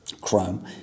Chrome